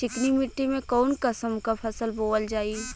चिकनी मिट्टी में कऊन कसमक फसल बोवल जाई?